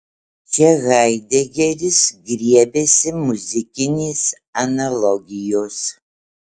čia haidegeris griebiasi muzikinės analogijos